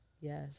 Yes